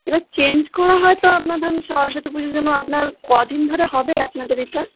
এবার চেঞ্জ করা হয়তো আপনার সরস্বতী পুজোর জন্য আপনার কদিন ধরে হবে আপনাদের এটা